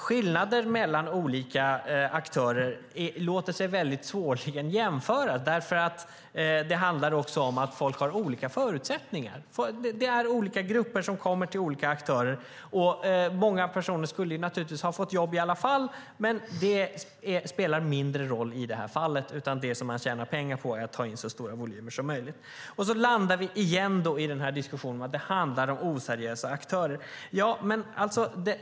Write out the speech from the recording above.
Skillnader mellan olika aktörer låter sig svårligen jämföras därför att det handlar om att folk har olika förutsättningar. Det är olika grupper som kommer till olika aktörer. Många personer skulle naturligtvis ha fått jobb i alla fall, men det spelar mindre roll i det här fallet. Det man tjänar pengar på är att ta in så stora volymer som möjligt. Sedan landar vi igen i diskussionen om att det handlar om oseriösa aktörer.